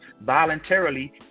voluntarily